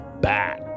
back